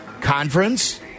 conference